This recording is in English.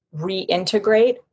reintegrate